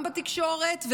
גם בתקשורת,